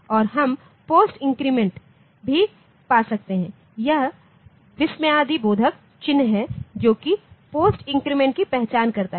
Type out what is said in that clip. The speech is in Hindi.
और हम पोस्ट इंक्रीमेंट भी पा सकते हैंयह विस्मयादिबोधक चिन्ह है जोकि पोस्ट इंक्रीमेंट की पहचान करता है